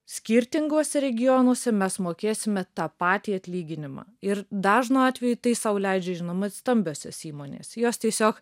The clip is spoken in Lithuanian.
skirtinguose regionuose mes mokėsime tą patį atlyginimą ir dažnu atveju tai sau leidžia žinoma stambiosios įmonės jos tiesiog